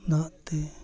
ᱫᱟᱜ ᱛᱮ